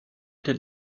did